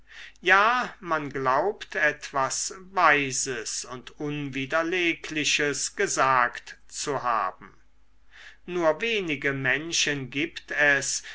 ja man glaubt etwas weises und unwiderlegliches gesagt zu haben nur wenige menschen gibt es